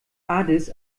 addis